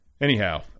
anyhow